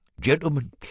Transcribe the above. Gentlemen